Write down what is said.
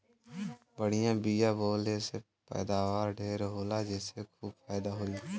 बढ़िया बिया बोवले से पैदावार ढेर होला जेसे खूब फायदा होई